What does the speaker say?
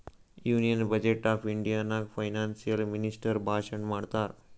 union budget of India ನಾಗ್ financial minister ಭಾಷಣ್ ಮಾಡ್ತಾರ್